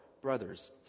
brothers